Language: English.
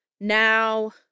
now